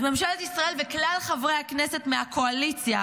אז ממשלת ישראל וכלל חברי הכנסת מהקואליציה,